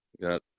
got